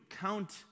count